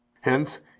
Hence